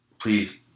Please